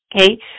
Okay